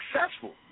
successful